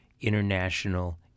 international